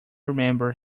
remembered